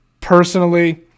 personally